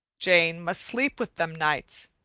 jane must sleep with them nights,